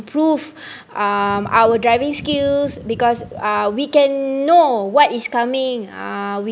improve um our driving skills because uh we can know what is coming uh